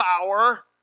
power